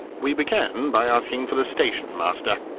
we began by asking for the station-master,